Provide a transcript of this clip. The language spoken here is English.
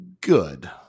good